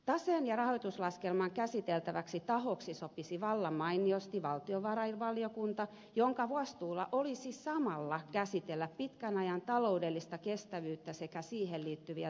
taseen ja rahoituslaskelman käsitteleväksi tahoksi sopisi vallan mainiosti valtiovarainvaliokunta jonka vastuulla olisi samalla käsitellä pitkän ajan taloudellista kestävyyttä sekä siihen liittyviä toimenpiteitä